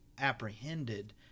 Apprehended